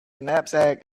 knapsack